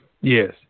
Yes